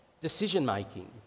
decision-making